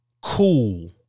cool